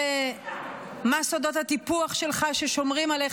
ומה סודות הטיפוח שלך ששומרים עליך,